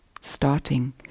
starting